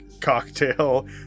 Cocktail